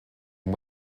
and